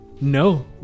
No